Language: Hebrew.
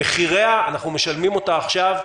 אנחנו משלמים את מחיריה עכשיו,